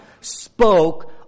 spoke